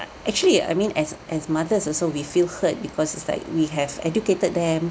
actually I mean as as mothers also we feel hurt because it's like we have educated them